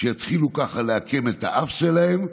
שיתחילו ככה לעקם את האף שלהם,